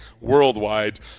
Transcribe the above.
worldwide